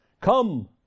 Come